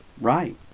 Right